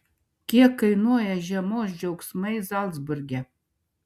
kiek kainuoja žiemos džiaugsmai zalcburge